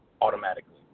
automatically